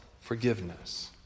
forgiveness